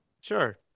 Sure